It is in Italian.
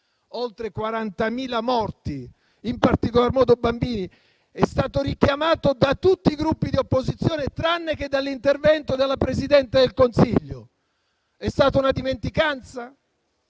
oltre 40.000 morti, in particolar modo bambini. È stato richiamato da tutti i Gruppi di opposizione, tranne che dall'intervento della Presidente del Consiglio. È stata una dimenticanza?